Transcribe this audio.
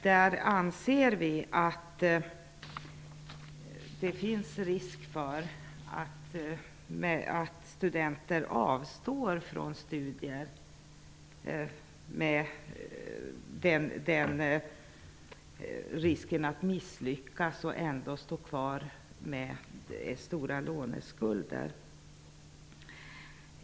Där anser vi att det finns risk för att studenter avstår från studier på grund av risken att misslyckas och ändå stå kvar med stora låneskulder.